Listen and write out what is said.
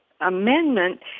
Amendment